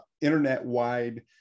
internet-wide